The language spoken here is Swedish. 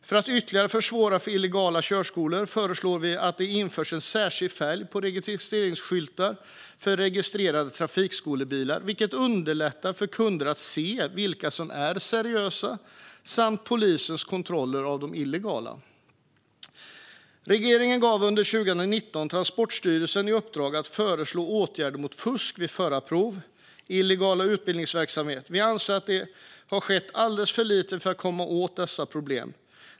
För att ytterligare försvåra för illegala körskolor föreslår vi att det införs en särskild färg på registreringsskyltar för registrerade trafikskolebilar, vilket underlättar för kunder att se vilka som är seriösa och även underlättar polisens kontroller av illegala körskolor. Regeringen gav under 2019 Transportstyrelsen i uppdrag att föreslå åtgärder mot fusk vid förarprov och illegal utbildningsverksamhet. Vi anser att det har skett alldeles för lite för att komma åt dessa problem.